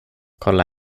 kolla